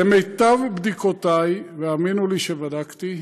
למיטב בדיקותי, והאמינו לי שבדקתי,